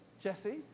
Jesse